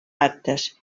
actes